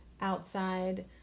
outside